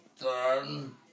done